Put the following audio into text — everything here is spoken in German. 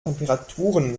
temperaturen